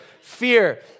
Fear